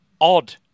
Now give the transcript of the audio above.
odd